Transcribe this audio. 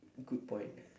good point